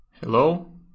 Hello